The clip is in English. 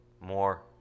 more